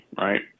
right